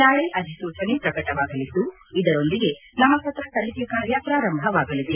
ನಾಳೆ ಅಧಿಸೂಚನೆ ಪ್ರಕಟವಾಗಲಿದ್ದು ಇದರೊಂದಿಗೆ ನಾಮಪತ್ರ ಸಲ್ಲಿಕೆ ಕಾರ್ಯ ಪ್ರಾರಂಭವಾಗಲಿದೆ